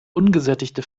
ungesättigte